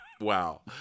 Wow